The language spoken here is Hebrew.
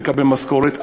מקבל משכורת,